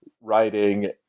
writing